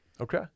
okay